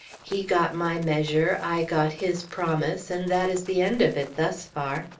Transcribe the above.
he got my measure, i got his promise, and that is the end of it, thus far.